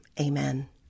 amen